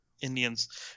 indians